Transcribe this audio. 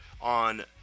on